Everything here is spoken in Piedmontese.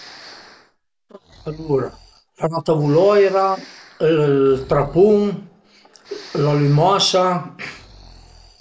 Alura ratavuloira, ël trapun, la lümasa,